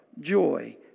joy